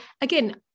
again